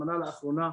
שהתמנה לאחרונה,